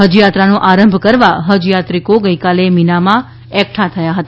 હજયાત્રાનો આરંભ કરવા હજયાત્રિકો ગઈકાલે મીનામાં એકઠા થયા હતા